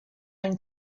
une